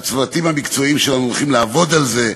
"הצוותים המקצועיים שלנו הולכים לעבוד על זה",